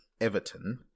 Everton